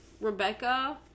Rebecca